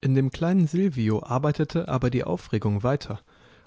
in dem kleinen silvio arbeitete aber die aufregung weiter